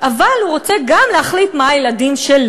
אבל הוא רוצה גם להחליט מה הילדים שלי